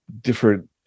different